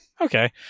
okay